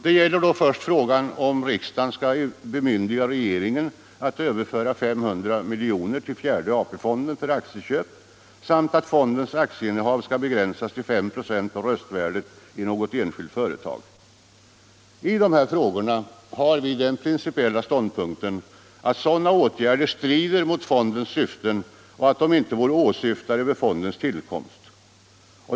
Det gäller först frågan om riksdagen skall bemyndiga regeringen att överföra 500 milj.kr. till fjärde AP-fonden för aktieköp samt om fondens aktieinnehav skall begränsas till 5 96 av röstvärdet i något enskilt företag. I de här frågorna har vi den principiella ståndpunkten att sådana åtgärder strider mot fondens syften och att de inte var åsyftade vid fondens tillkomst.